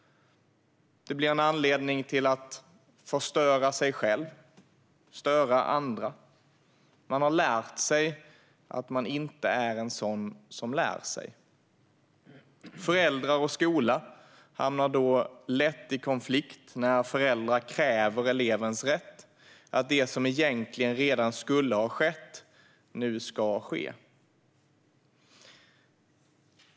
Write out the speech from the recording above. Det blir en anledning att förstöra för sig själv och störa andra. Man har lärt sig att man inte är en sådan som lär sig. Föräldrar och skola hamnar då lätt i konflikt, när föräldrar kräver elevens rätt: att det som egentligen redan skulle ha skett nu ska ske.